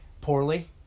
Poorly